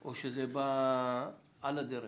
או שזה בא על הדרך?